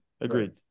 Agreed